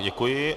Děkuji.